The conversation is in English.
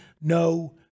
no